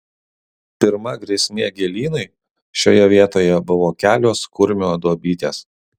pirma grėsmė gėlynui šioje vietoje buvo kelios kurmio duobytės